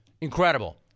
Incredible